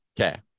Okay